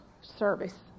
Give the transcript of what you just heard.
service